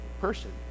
person